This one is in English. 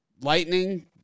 Lightning